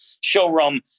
showroom